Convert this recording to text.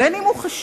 בין אם הוא חשוד,